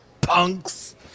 punks